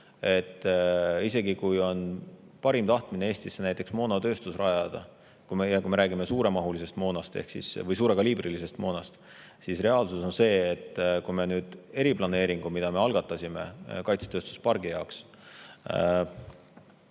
et isegi kui on parim tahtmine Eestisse näiteks moonatööstus rajada ja kui me räägime suurekaliibrilisest moonast, siis reaalsus on see, et kui me eriplaneeringu, mille me algatasime kaitsetööstuspargi jaoks,